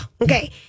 Okay